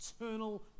eternal